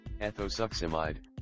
ethosuximide